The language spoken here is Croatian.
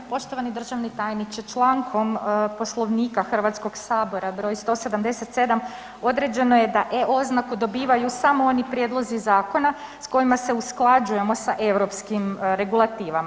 Poštovani državni tajniče, člankom Poslovnika Hrvatskog sabora broj 177. određeno je E oznaku dobivaju samo oni prijedlozi zakona s kojima se usklađujemo s europskim regulativama.